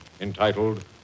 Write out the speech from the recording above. entitled